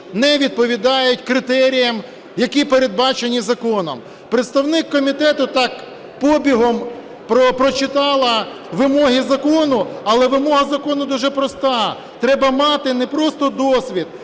не відповідають критеріям, які передбачені законом. Представник комітету так побігом прочитала вимоги закону, але вимога закону дуже проста: треба мати не просто досвід,